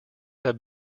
have